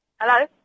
Hello